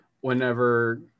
whenever